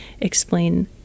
explain